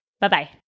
Bye-bye